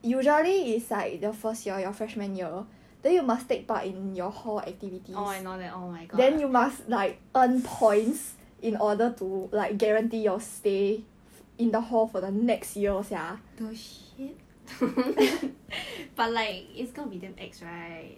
oh I know that oh my god the shit but like it's gonna be damn ex right